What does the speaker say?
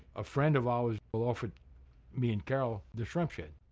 a friend of ours offered me and carol the shrimp shed.